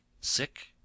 sick